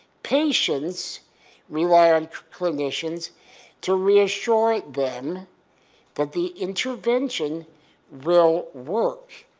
patients rely on clinicians to reassure them that the intervention will work,